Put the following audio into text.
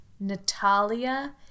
Natalia